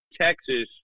Texas